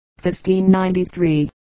1593